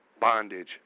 bondage